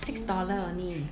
six dollar only